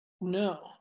no